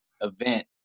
event